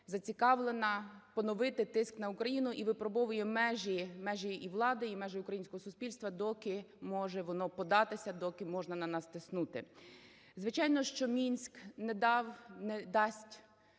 зацікавлена поновити тиск на Україну і випробовує межі, межі і влади, і межі українського суспільства, доки може воно податися, доки можна на нас тиснути. Звичайно, що "Мінськ" не дав,